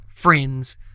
friends